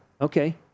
Okay